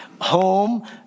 home